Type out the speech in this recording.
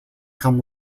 come